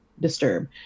disturb